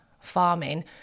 farming